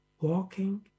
walking